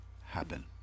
happen